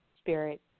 spirit